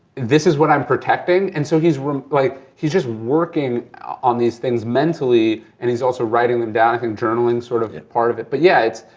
this is what i'm protecting? and so he's like he's just working on these things mentally and he's also writing them down, i think journaling's sort of part of it. but yeah,